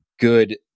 good